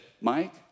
Mike